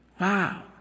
Wow